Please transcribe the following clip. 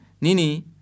Nini